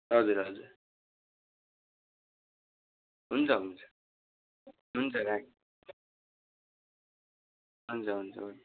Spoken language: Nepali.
हजुर हजुर हुन्छ हुन्छ हुन्छ राखेँ हुन्छ हुन्छ